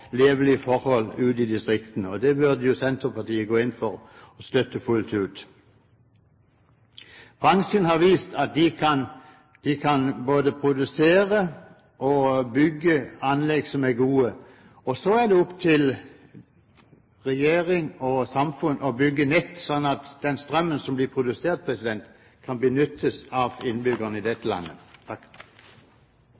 levelige forhold ute i distriktene. Det burde Senterpartiet gå inn for og støtte fullt ut. Bransjen har vist at den kan både produsere og bygge anlegg som er gode. Så er det opp til regjering og samfunn å bygge nett, slik at den strømmen som blir produsert, kan benyttes av innbyggerne i